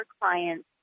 clients